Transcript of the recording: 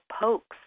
pokes